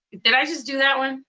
did i just do that one?